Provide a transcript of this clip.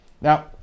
Now